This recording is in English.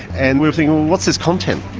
and we were thinking, well, what's this content?